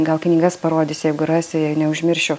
gal knygas parodysiu jeigu rasiu jei neužmiršiu